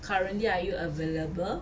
currently are you available